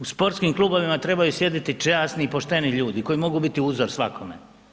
U sportskim klubovima trebaju sjediti časni i pošteni ljudi koji mogu biti uzor svakome.